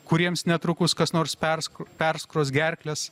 kuriems netrukus kas nors persko perskros gerkles